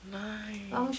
nice